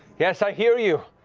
yes, i hear you!